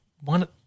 one